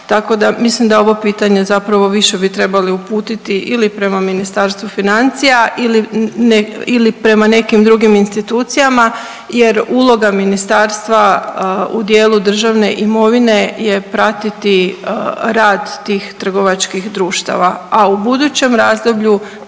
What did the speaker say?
pitanje, mislim da je ovo pitanje zapravo, više bi trebali uputiti ili prema Ministarstvu financija ili prema nekim drugim institucijama jer uloga ministarstva u dijelu državne imovine je pratiti tih trgovačkih društava, a u budućem razdoblju